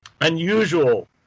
unusual